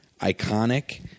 iconic